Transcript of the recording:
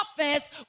office